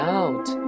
out